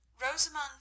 Rosamund